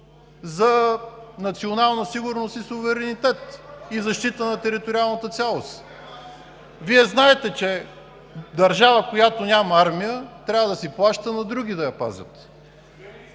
за национална сигурност и суверенитет, и защита на териториалната цялост. Вие знаете, че държава, която няма армия, трябва да си плаща на други да я пазят.